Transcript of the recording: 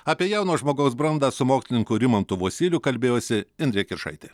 apie jauno žmogaus brandą su mokslininku rimantu vosyliu kalbėjosi indrė kiršaitė